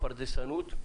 הפרדסנות.